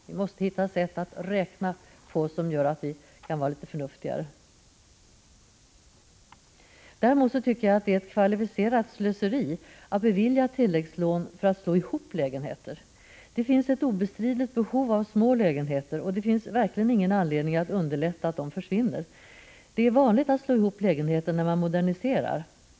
Vi måste hitta mera förnuftiga sätt att räkna på! Däremot tycker jag att det är kvalificerat slöseri att bevilja tilläggslån för hopslagning av lägenheter. Det finns obestridligen ett behov av små lägenheter. Således finns det verkligen ingen anledning att underlätta att dessa försvinner. Det är vanligt att slå ihop lägenheter när man moderniserar.